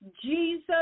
jesus